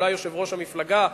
אולי יושב-ראש המפלגה,